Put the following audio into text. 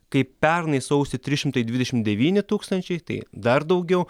kai pernai sausį trys šimtai dvidešimt devyni tūkstančiai tai dar daugiau